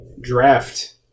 draft